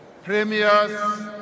premiers